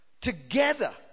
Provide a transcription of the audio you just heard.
together